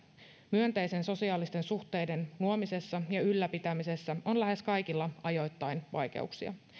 myönteisten sosiaalisten suhteiden luomisessa ja ylläpitämisessä on lähes kaikilla ajoittain vaikeuksia